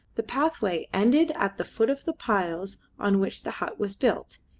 the pathway ended at the foot of the piles on which the hut was built,